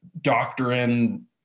doctrine